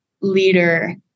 leader